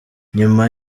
nyuma